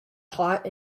hot